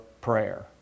prayer